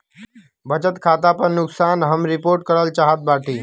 बचत खाता पर नुकसान हम रिपोर्ट करल चाहत बाटी